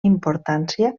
importància